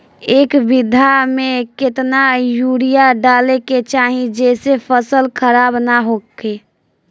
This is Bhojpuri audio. एक बीघा में केतना यूरिया डाले के चाहि जेसे फसल खराब ना होख?